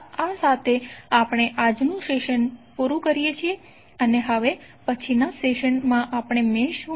તો આ સાથે આપણે આપણું આજનું સેશન પુરુ કરીએ છીએ અને હવે પછીનાં સેશનમાં આપણે મેશ શું છે